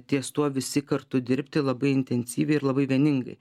ties tuo visi kartu dirbti labai intensyviai ir labai vieningai